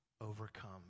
overcome